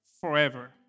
Forever